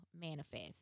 manifest